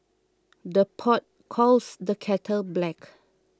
the pot calls the kettle black